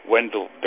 Wendell